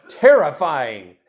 terrifying